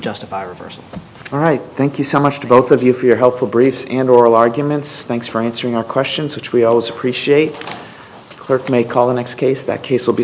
justify a reversal all right thank you so much to both of you for your helpful briefs and oral arguments thanks for answering our questions which we always appreciate clerk may call the next case that case will be